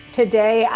today